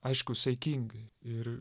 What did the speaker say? aišku saikingai ir